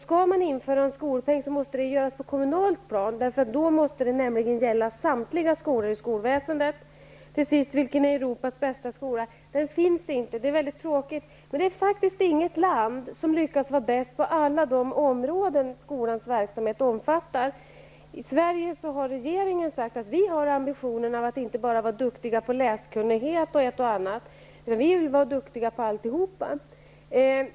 Skall man införa en skolpeng måste det göras på ett kommunalt plan, eftersom den måste omfatta samtliga skolor i skolväsendet. Till sist: Vilken är Europas bästa skola? Den finns inte, och det är mycket tråkigt. Det är inget land som har lyckats vara bäst på alla de områden skolans verksamhet omfattar. I Sverige har regeringen sagt att vi har ambitionen att inte bara vara duktiga på läskunnighet och ett och annat. Vi vill vara duktiga på alltihop.